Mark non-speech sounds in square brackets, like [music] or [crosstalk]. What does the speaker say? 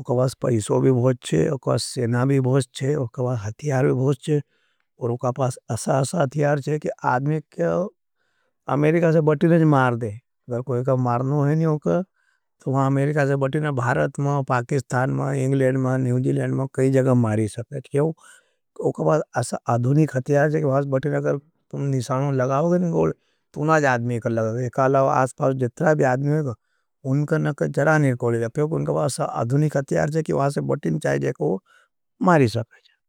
उके बास पैसो भी भोजचे, उके बास सेना भी भोजचे। उके बास हतियार भी भोजचे और उके बास असा-असा अतियार चे कि आदमे के अमेरिका से बटिनेज मार दे। अगर को निसानों लगाओगे [hesitation] नी को तुनाज आदमे के लगाओगे। एकाला आसपास जितरा भी आदमे को, उनके नक जड़ा निर्कोड़े जा। प्योक उनके बास अधुनिक अतियार चे, कि वहाँ से बटिन चाहे जेको, मारी सापय जा।